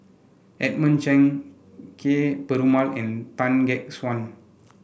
Edmund Cheng Kee Perumal and Tan Gek Suan